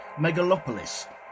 megalopolis